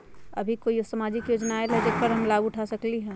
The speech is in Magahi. अभी कोई सामाजिक योजना आयल है जेकर लाभ हम उठा सकली ह?